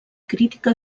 crítica